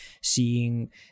seeing